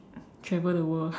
travel the world